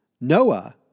Noah